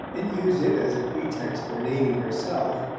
and use it as a pretext for naming herself,